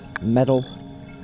metal